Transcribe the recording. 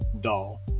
doll